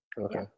Okay